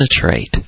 penetrate